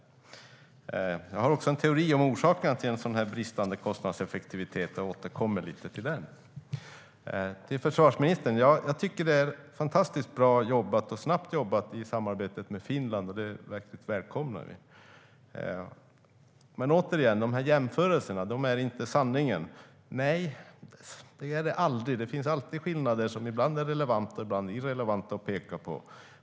Jag har en teori om orsakerna till en sådan här bristande kostnadseffektivitet. Jag återkommer till det. Försvarsministern! Det är fantastiskt bra och snabbt jobbat i samarbetet med Finland. Det välkomnar vi. Försvarsministern säger att jämförelserna inte är sanningen. Nej, det är de aldrig. Det finns alltid skillnader. Ibland är de relevanta, ibland irrelevanta att peka på.